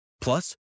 Plus